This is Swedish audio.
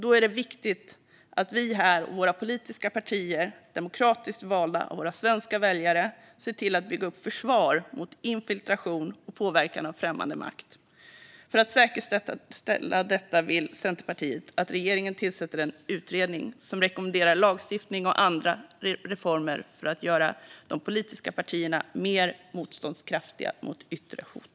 Då är det viktigt att vi här och våra politiker i de olika partierna, demokratiskt valda av våra svenska väljare, ser till att bygga upp försvar mot infiltration och påverkan av främmande makt. För att säkerställa detta vill Centerpartiet att regeringen tillsätter en utredning som rekommenderar lagstiftning och andra reformer för att göra de politiska partierna mer motståndskraftiga mot yttre hot.